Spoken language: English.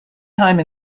time